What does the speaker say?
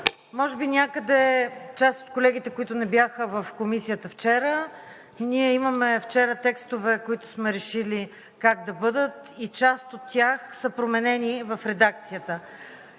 може би някъде част от колегите, които не бяха в Комисията вчера – ние имаме вчера текстове, които сме решили как да бъдат, и част от тях са променени в редакцията.